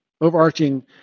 overarching